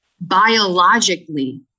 biologically